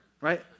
Right